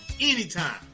anytime